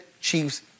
chiefs